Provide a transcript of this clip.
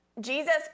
Jesus